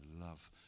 love